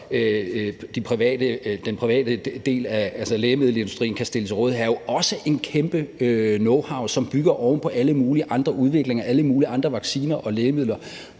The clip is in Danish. den private del, altså lægemiddelindustrien, kan stille til rådighed, er jo også en kæmpe knowhow, som bygger oven på alle mulige andre udviklinger, alle mulige andre vacciner og lægemidler